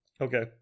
Okay